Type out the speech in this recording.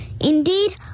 Indeed